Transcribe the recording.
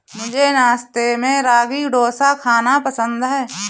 मुझे नाश्ते में रागी डोसा खाना पसंद है